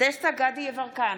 דסטה גדי יברקן,